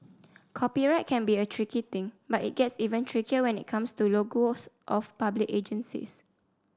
copyright can be a tricky thing but it gets even trickier when it comes to logos of public agencies